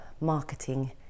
marketing